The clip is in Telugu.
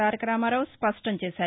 తారకరామారావు స్పష్టంచేశారు